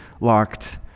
locked